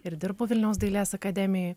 ir dirbu vilniaus dailės akademijoj